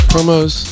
Promos